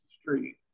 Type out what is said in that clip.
street